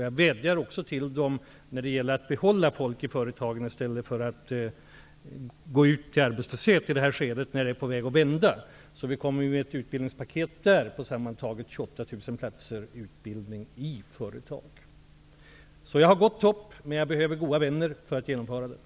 Jag vädjar också till företagen att de skall behålla ungdomar i företagen i stället för att dessa i det här skedet -- när det är på väg att vända -- skall gå ut i arbetslöshet. Vi kommer med förslag om ett utbildningspaket. Det gäller sammantaget 28 000 Jag har gott hopp, men jag behöver goda vänner för att genomföra detta.